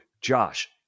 Josh